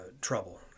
trouble